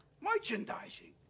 Merchandising